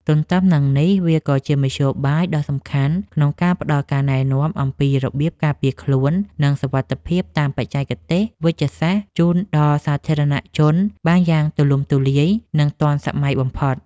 ទន្ទឹមនឹងនេះ វាក៏ជាមធ្យោបាយដ៏សំខាន់ក្នុងការផ្ដល់ការណែនាំអំពីរបៀបការពារខ្លួន និងសុវត្ថិភាពតាមបច្ចេកទេសវេជ្ជសាស្ត្រ ជូនដល់សាធារណជនបានយ៉ាងទូលំទូលាយ និងទាន់សម័យបំផុត។